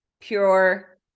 pure